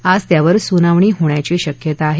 आज त्यावर सुनावणी होण्याची शक्यता आहे